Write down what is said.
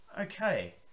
Okay